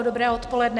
Dobré odpoledne.